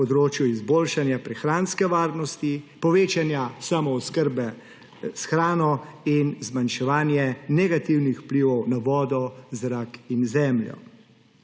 na področju izboljšanja prehranske varnosti, povečanja samooskrbe s hrano in zmanjševanje negativnih vplivov na vodo, zrak in zemljo.